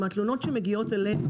מהתלונות שמגיעות אלינו,